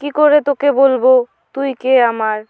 কি করে তোকে বলবো তুই কে আমার